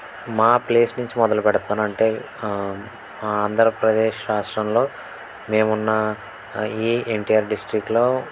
మా ప్లేస్ నుంచి మొదలు పెడతానంటే ఆంధ్రప్రదేశ్ రాష్ట్రంలో మేమున్న ఈ ఎన్టిఆర్ డిస్ట్రిక్ట్లో